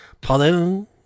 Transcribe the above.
Pardon